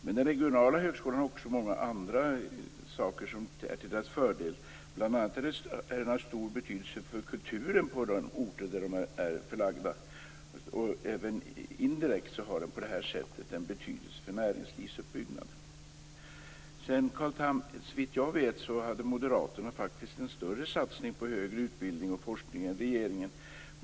Den regionala högskolan har många andra fördelar. Bl.a. är dessa högskolor av stor betydelse för kulturen på de orter där de är förlagda. Även indirekt har de på det sättet en betydelse för näringslivets uppbyggnad. Såvitt jag vet, Carl Tham, hade moderaterna faktiskt en större satsning på högre utbildning och forskning än regeringen.